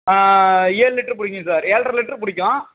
ஏழு லிட்ரு பிடிக்குங்க சார் ஏழர லிட்ரு பிடிக்கும்